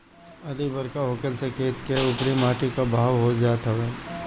अधिका बरखा होखला से खेत के उपरी माटी के बहाव होत जात हवे